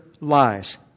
lies